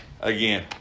Again